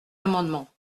amendement